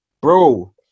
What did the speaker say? bro